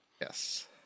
Yes